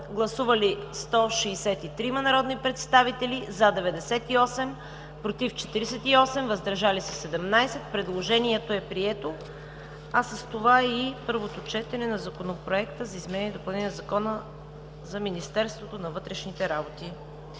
Гласували 163 народни представители: за 98, против 48, въздържали се 17. Предложението е прието, а с това и първото четене на Законопроекта за изменение и допълнение на Закона за Министерството на вътрешните работи.